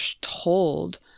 told